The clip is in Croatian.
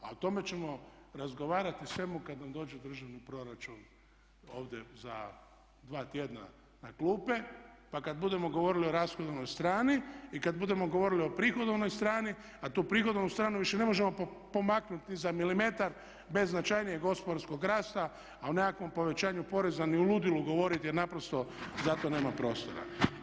A o tome ćemo razgovarati o svemu kad nam dođe državni proračun ovdje za 2 tjedna na klupe pa kad budemo govorili o rashodovnoj strani i kad budemo govorili o prihodovnoj strani a tu prihodovnu stranu više ne možemo pomaknuti za milimetar bez značajnijeg gospodarskog rasta a o nekakvom povećanju poreza ni u ludilu ne govoriti jer naprosto zato nema prostora.